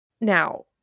Now